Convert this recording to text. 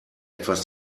etwas